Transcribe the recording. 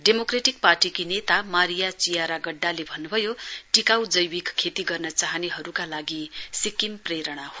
democratic पार्टीकी नेता Maria Chiara गड्डाले भन्न्भयो टिकाउ जैविक खेती गर्न चाहनेहरुका लागि सिक्किम प्रेरणा हो